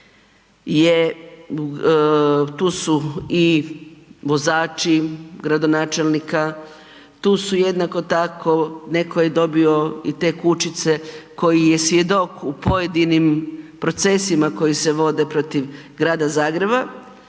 tu su i vozači gradonačelnika, tu su jednako tako, neko je dobio i te kućice koji je svjedok u pojedinim procesima koji se vode protiv Grada Zagreba,